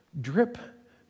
drip